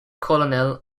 colonel